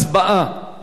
בקריאה ראשונה.